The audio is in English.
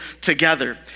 together